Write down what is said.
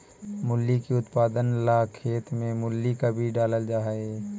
मूली के उत्पादन ला खेत में मूली का बीज डालल जा हई